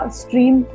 stream